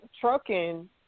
trucking